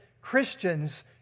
Christians